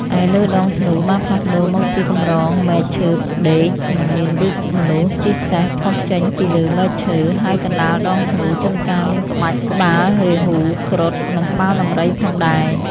ឯលើដងធ្នូបានផ្លាស់ប្តូរមកជាកម្រងមែកឈើផ្ដេក និងមានរូបមនុស្សជិះសេះផុសចេញពីលើមែកឈើ ហើយកណ្តាលដងធ្នូជួនកាលមានក្បាច់ក្បាលរាហូ គ្រុឌ និង ក្បាលដំរី ផងដែរ។